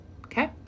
okay